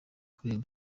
kureba